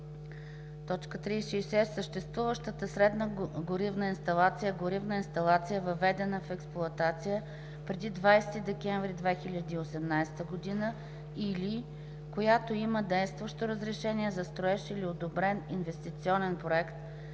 гориво. 36. „Съществуваща средна горивна инсталация“ e горивна инсталация, въведена в експлоатация преди 20 декември 2018 г., или която има действащо разрешение за строеж или одобрен инвестиционен проект,